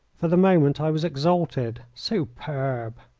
for the moment i was exalted superb!